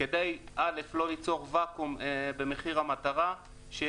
כדי קודם כול לא ליצור ואקום במחיר המטרה כך שהוא